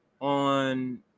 on